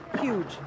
huge